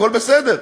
הכול בסדר,